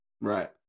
Right